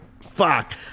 Fuck